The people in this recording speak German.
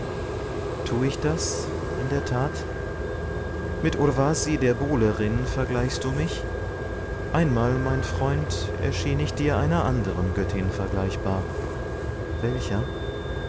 tu ich das in der tat mit urvasi der buhlerin vergleichst du mich einmal mein freund erschien ich dir einer anderen göttin vergleichbar welcher